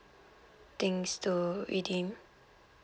things to redeem